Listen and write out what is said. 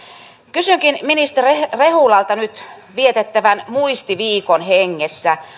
kysynkin ministeri rehulalta nyt vietettävän muistiviikon hengessä